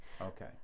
Okay